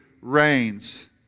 reigns